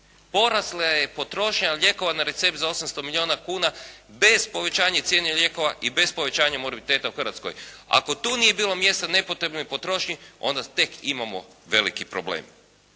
porasla je potrošnja lijekova na recept za 800 milijuna kuna bez povećanja cijene lijekova i bez povećanja …/Govornik se ne razumije./… u Hrvatskoj. Ako tu nije bilo mjesta nepotrebnoj potrošnji, onda tek imamo veliki problem.